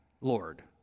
Lord